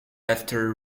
after